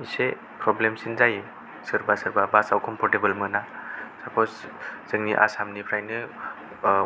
इसे प्रब्लेम सिन जायो सोरबा सोरबा बासाव कम्फर्तेबोल मोना सापज जोंनि आसामनिफ्रायनो